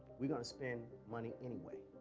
we going to spend money anyway,